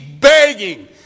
begging